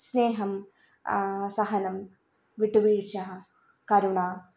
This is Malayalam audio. സ്നേഹം സഹനം വിട്ടുവീഴ്ച കരുണ